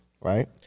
right